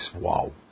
wow